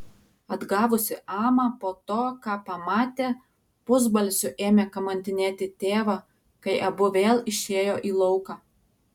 atgavusi amą po to ką pamatė pusbalsiu ėmė kamantinėti tėvą kai abu vėl išėjo į lauką